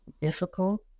difficult